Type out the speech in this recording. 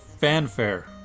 fanfare